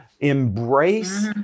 embrace